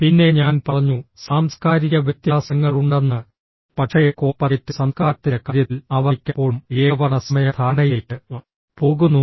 പിന്നെ ഞാൻ പറഞ്ഞു സാംസ്കാരിക വ്യത്യാസങ്ങളുണ്ടെന്ന് പക്ഷേ കോർപ്പറേറ്റ് സംസ്കാരത്തിന്റെ കാര്യത്തിൽ അവ മിക്കപ്പോഴും ഏകവർണ്ണ സമയ ധാരണയിലേക്ക് പോകുന്നു